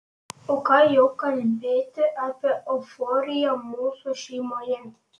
o ką jau kalbėti apie euforiją mūsų šeimoje